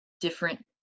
different